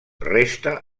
resta